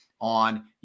on